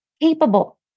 capable